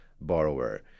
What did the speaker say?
borrower